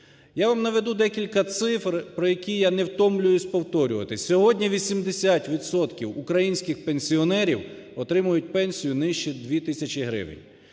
Я вам наведу декілька цифр, про які я не втомлююсь повторювати. Сьогодні 80 відсотків українських пенсіонерів отримують пенсію нижче 2 тисячі гривень.